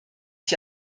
ich